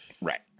Right